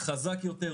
חזק יותר,